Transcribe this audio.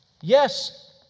Yes